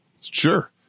Sure